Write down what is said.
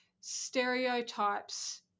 stereotypes –